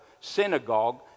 synagogue